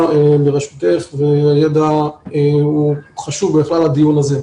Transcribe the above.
בראשותך והידע הוא חשוב לכל הדיון הזה.